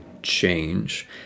change